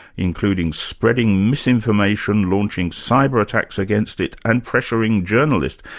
including spreading misinformation, launching cyber attacks against it, and pressuring journalists.